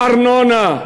ארנונה,